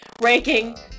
ranking